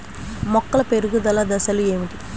మొక్కల పెరుగుదల దశలు ఏమిటి?